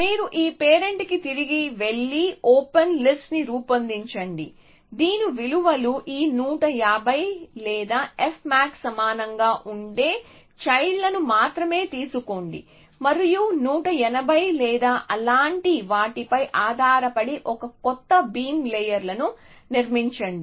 మీరు ఈ పేరెంట్కి తిరిగి వెళ్లి ఓపెన్ లిస్ట్ని రూపొందించండి దీని విలువలు ఈ 150 లేదా fmax సమానంగా ఉండే చైల్డ్ లను మాత్రమే తీసుకోండి మరియు 180 లేదా అలాంటి వాటిపై ఆధారపడి ఒక కొత్త బీమ్ లేయర్ లను నిర్మించండి